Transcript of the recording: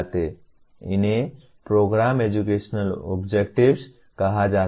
इन्हें program educational objectives कहा जाता है